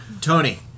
Tony